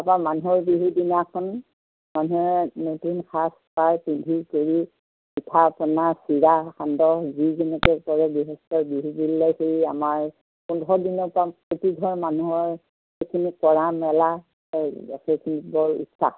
তাৰপৰা মানুহৰ বিহুৰ দিনাখন মানুহে নতুন সাজ পাৰ পিন্ধি কৰি পিঠা পনা চিৰা সান্দহ যি যেনেকৈ কৰে গৃহস্থই বিহু দিলে সেই আমাৰ পোন্ধৰ দিনৰ পৰা প্ৰতিঘৰ মানুহৰ সেইখিনি কৰা মেলা সেইখিনি বৰ ইচ্ছা